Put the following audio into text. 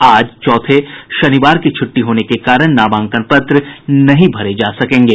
आज चौथे शनिवार की छुट्टी होने के कारण नामांकन पत्र नहीं भरे जा सकेंगे